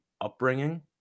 upbringing